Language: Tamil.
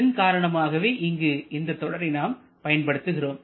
இதன் காரணமாகவே இங்கு இந்த தொடரை நாம் பயன்படுத்துகிறோம்